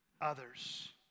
others